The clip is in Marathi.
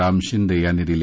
राम शिंदे यांनी दिल्या